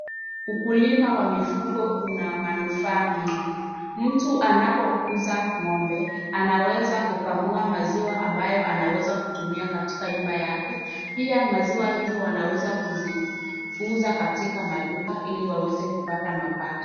Ukulima wa mifugo una manufaa mengi. Mtu anapokuza ng'ombe, anaweza kukamua maziwa ambayo anaweza kutumia katika nyumba yake, pia maziwa hizo wanaweza kuziuza katika maduka ili waweze kupata mapato.